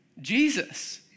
Jesus